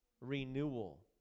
Renewal